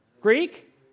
Greek